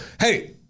Hey